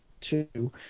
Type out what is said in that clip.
two